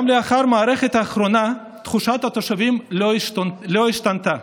גם לאחר המערכה האחרונה תחושת התושבים לא השתנתה,